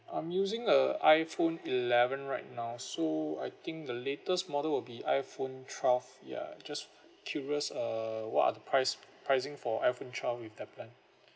I'm using a iPhone eleven right now so I think the latest model will be iPhone twelve ya just curious uh what are the price pricing for iPhone twelve with that plan